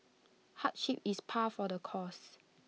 hardship is par for the course